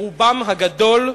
רובם הגדול,